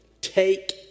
take